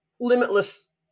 limitless